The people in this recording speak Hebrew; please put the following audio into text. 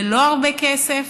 זה לא הרבה כסף,